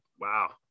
wow